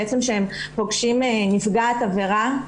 אחרי שהם פוגשים נפגעת עבירה.